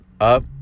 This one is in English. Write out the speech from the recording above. up